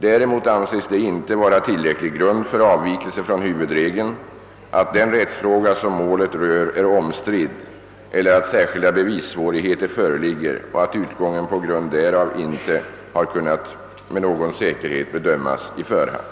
Däremot anses det inte vara tillräcklig grund för avvikelse från huvudregeln att den rättsfråga målet rör är omstridd eller att särskilda bevissvårigheter föreligger och att utgången på grund härav inte kunnat med någon säkerhet bedömas på förhand.